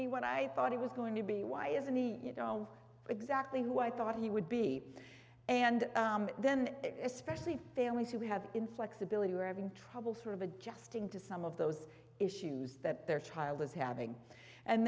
me what i thought he was going to be why isn't he you know exactly who i thought he would be and then especially families who we have in flexibility are having trouble sort of adjusting to some of those issues that their child is having and